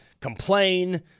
complain